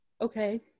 okay